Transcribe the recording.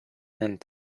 and